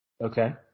Okay